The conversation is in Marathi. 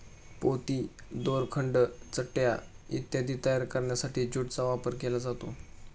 पोती, दोरखंड, चटया इत्यादी तयार करण्यासाठी ज्यूटचा वापर केला जातो